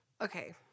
okay